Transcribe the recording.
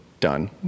done